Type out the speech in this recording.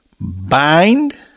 bind